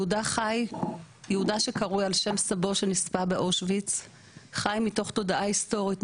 יהודה שקרוי על שם סבו שנספה באושוויץ חי מתוך תודעה היסטורית,